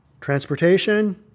transportation